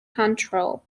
control